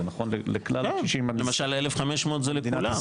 זה נכון לכלל הקשישים -- למשל ל-1,500 זה לכולם.